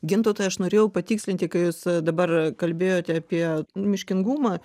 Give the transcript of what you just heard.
gintautai aš norėjau patikslinti kai jūs dabar kalbėjote apie nu miškingumą